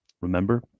Remember